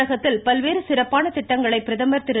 தமிழிசை தமிழகத்தில் பல்வேறு சிறப்பான திட்டங்களை பிரதமர் திரு